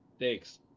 Thanks